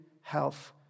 health